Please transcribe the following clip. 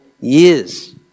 years